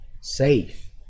safe